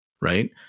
right